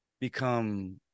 become